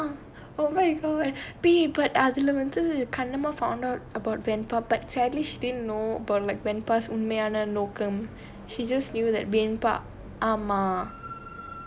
ஆமா:aamaa oh my god be but அதுல வந்து கண்ணமா:athula vanthu kannamaa found out about venpa but sadly she didn't know about like venpa உண்மையான நோக்கம்:unmaiyaana nokkam she just know that venpa ஆமா:aamaa